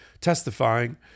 testifying